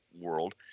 world